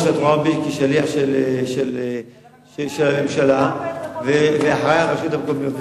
אני שמח שאת רואה בי שליח של הממשלה ואחראי על הרשויות המקומיות.